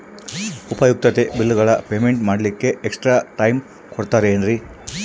ಉಪಯುಕ್ತತೆ ಬಿಲ್ಲುಗಳ ಪೇಮೆಂಟ್ ಮಾಡ್ಲಿಕ್ಕೆ ಎಕ್ಸ್ಟ್ರಾ ಟೈಮ್ ಕೊಡ್ತೇರಾ ಏನ್ರಿ?